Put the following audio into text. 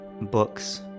books